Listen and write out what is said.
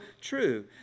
true